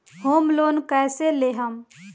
Home loan कैसे लेहम?